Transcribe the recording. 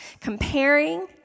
comparing